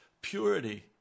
purity